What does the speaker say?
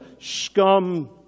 scum